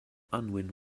unwin